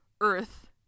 Earth